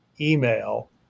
email